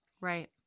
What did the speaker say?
Right